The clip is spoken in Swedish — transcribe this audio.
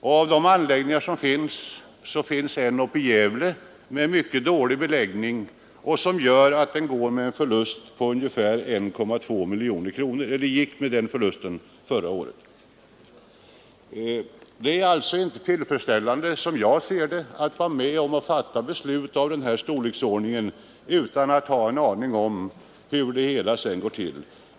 En av anläggningarna, den i Gävle, har mycket dålig beläggning och gick förra året med en förlust på ungefär 1,2 miljoner kronor. Det är alltså inte tillfredsställande, som jag ser det, att vara med om att fatta beslut av den här räckvidden utan att ha en aning om hur det hela sedan går till.